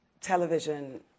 television